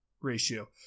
ratio